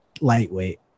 lightweight